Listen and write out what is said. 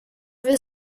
vill